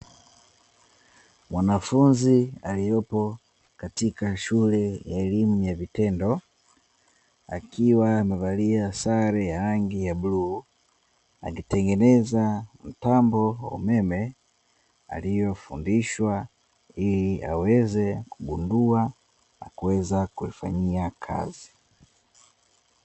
Mwanafunzi aliyopo katika shule ya elimu ya vitendo akiwa amevalia sare ya rangi ya bluu, akitengeneza mtambo wa umeme aliyofundishwa ili aweze kugundua na kuweza kuifanyia kazi.